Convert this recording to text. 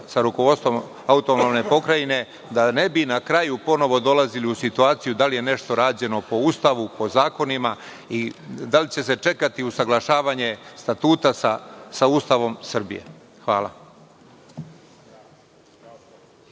sa rukovodstvom AP, da ne bi na kraju ponovo dolazili u situaciju da li je nešto rađeno po Ustavu, po zakonima i da li će se čekati usaglašavanje Statuta sa Ustavom Srbije. Hvala.